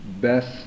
best